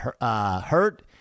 hurt